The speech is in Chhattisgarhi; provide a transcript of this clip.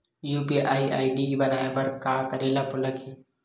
यू.पी.आई आई.डी बनाये बर का करे ल लगही?